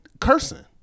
cursing